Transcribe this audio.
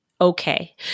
okay